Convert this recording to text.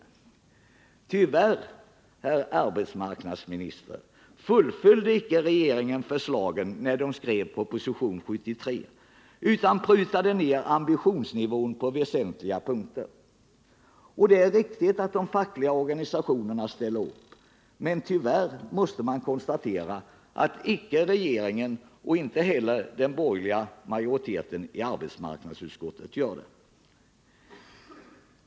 Tyvärr, herr arbetsmarknadsminister, fullföljde icke regeringen förslagen när den skrev proposition nr 73 utan prutade ner ambitionsnivån på väsentliga punkter. Det är riktigt att de fackliga organisationerna ställer upp, men tyvärr måste man konstatera att varken regeringen eller den borgerliga majoriteten i arbetsmarknadsutskottet gör det.